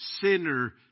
sinner